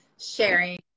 sharing